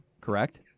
Correct